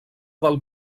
del